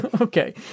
Okay